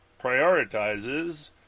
prioritizes